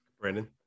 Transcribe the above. Brandon